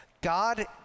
God